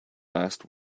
last